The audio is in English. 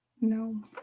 No